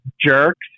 jerks